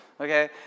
okay